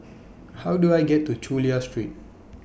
How Do I get to Chulia Street